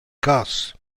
cass